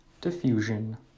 diffusion